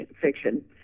fiction